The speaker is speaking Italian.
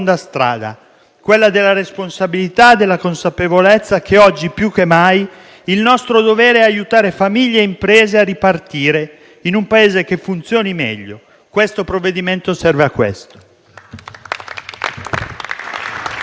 quella della responsabilità e della consapevolezza che, oggi più che mai, il nostro dovere è aiutare famiglie e imprese a ripartire, in un Paese che funzioni meglio. Il provvedimento in discussione